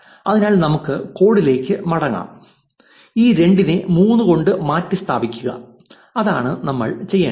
അതിനാൽ നമുക്ക് കോഡിലേക്ക് മടങ്ങാം ഈ 2 ഇനെ 3 കൊണ്ട് മാറ്റിസ്ഥാപിക്കുക അതാണ് നമ്മൾ ചെയ്യേണ്ടത്